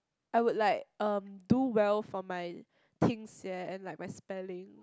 I would like um do well for my things and like my spelling